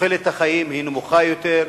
תוחלת החיים היא נמוכה יותר,